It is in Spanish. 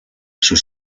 sus